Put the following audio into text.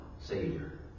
Savior